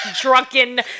drunken